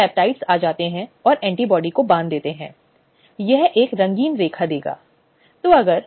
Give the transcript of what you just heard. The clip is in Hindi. स्लाइड समय देखें 2951 और जो बहुत बहुत महत्वपूर्ण है वह है उपचार